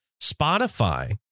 Spotify